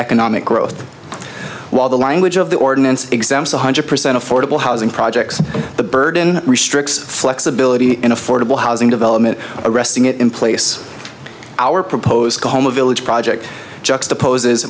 economic growth while the language of the ordinance exempt one hundred percent affordable housing projects the burden restricts flexibility in affordable housing development or resting it in place our proposed home a village project juxtaposes